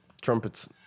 Trumpets